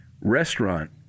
restaurant